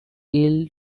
ill